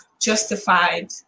justified